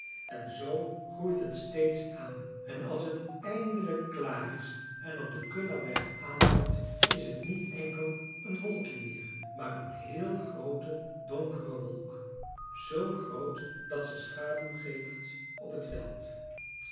en zoo groeit het steeds aan en als het eindelijk klaar is en op den kullaberg aanhoudt is het niet enkel een wolkje meer maar een heel groote donkere wolk z groot dat ze schaduw geeft op het veld